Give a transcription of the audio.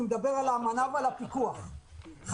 אני מדבר על האמנה ועל הפיקוח - חייבים